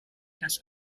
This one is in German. das